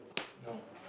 no